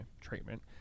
treatment